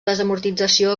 desamortització